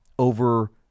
over